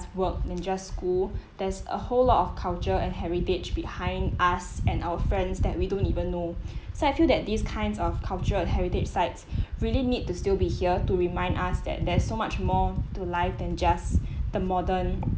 work than just school there's a whole lot of culture and heritage behind us and our friends that we don't even know so I feel that these kinds of cultural and heritage sites really need to still be here to remind us that there's so much more to life than just the modern~